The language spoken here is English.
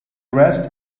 rest